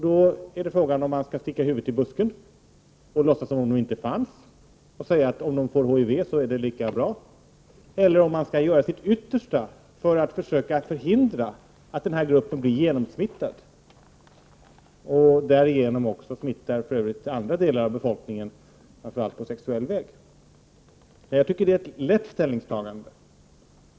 Då är frågan om vi skall sticka huvudet i busken och låtsas som om de inte finns— eller säga att om de får HIV så är det lika bra — eller om man skall göra sitt yttersta för att försöka förhindra att den gruppen blir genomsmittad och därigenom också smittar andra delar av befolkningen, framför allt på sexuell väg. Jag tycker att det är ett lätt ställningstagande.